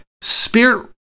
spirit